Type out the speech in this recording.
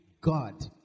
God